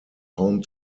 home